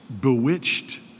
bewitched